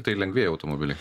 tai lengvieji automobiliai